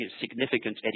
significant